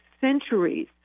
centuries